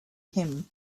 him